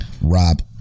Rob